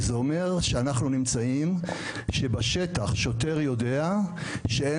זה אומר שאנחנו נמצאים ובשטח שוטר יודע שאין